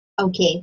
Okay